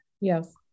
Yes